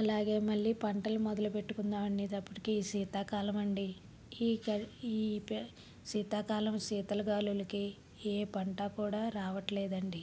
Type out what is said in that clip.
అలాగే మళ్ళీ పంటలు మొదలు పెట్టుకుందాం అనేటప్పటికీ శీతాకాలం అండి ఈ క ఈ పే శీతాకాలం శీతల గాలులకి ఏ పంటా కూడా రావట్లేదండి